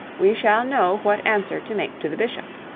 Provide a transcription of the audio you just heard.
we shall know what answer to make to the bishop.